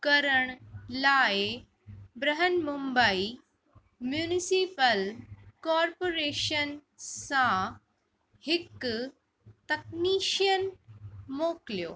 करण लाइ Brihanmumbai municipal corporation सां हिकु तकनीशियन मोकिलियो